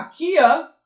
Akia